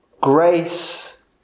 Grace